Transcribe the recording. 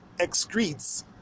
excretes